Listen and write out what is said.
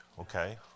okay